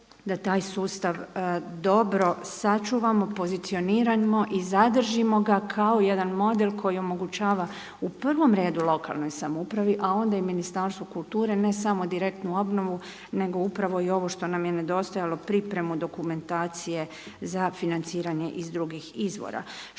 da taj sustav dobro sačuvamo, pozicioniramo i zadržimo ga kao jedan model koji omogućava u prvom redu lokalnoj samoupravi a onda i Ministarstvu kulture ne samo direktnu obnovu nego upravo i ovo što nam je nedostajalo pripremu dokumentacije za financiranje iz drugih izvora.